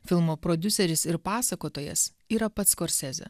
filmo prodiuseris ir pasakotojas yra pats skorsezė